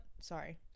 sorry